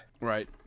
Right